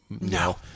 no